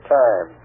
time